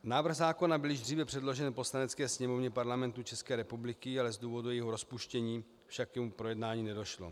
Návrh zákona byl již dříve předložen Poslanecké sněmovně Parlamentu České republiky, z důvodu jejího rozpuštění však k jeho projednání nedošlo.